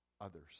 others